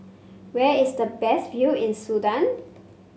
where is the best view in Sudan